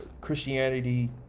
Christianity